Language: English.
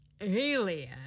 Alien